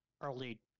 early